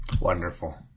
Wonderful